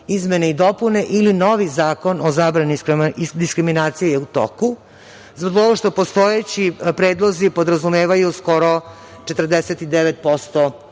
izmene i dopune ili novi Zakon o zabrani diskriminacije je u toku. Zbog toga što postojeći predlozi podrazumevaju skoro 49%